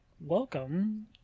welcome